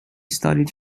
studied